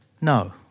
no